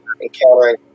encountering